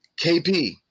KP